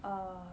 err